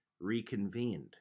reconvened